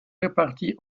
répartis